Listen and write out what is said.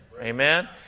Amen